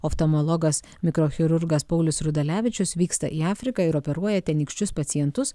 oftalmologas mikrochirurgas paulius rudalevičius vyksta į afriką ir operuoja tenykščius pacientus